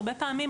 הרבה פעמים,